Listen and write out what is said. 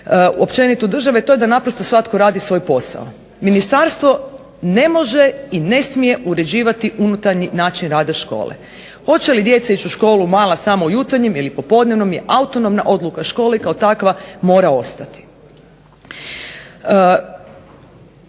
uspostavi u državi, a to je da naprosto svatko radi svoj posao. Ministarstvo ne može i ne smije uređivati unutarnji način rada škole. Hoće li djeca ići u školu mala samo u jutarnjim ili popodnevnom je autonomna odluka škole i kao takva mora ostati.